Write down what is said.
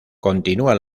continúa